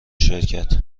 شرکت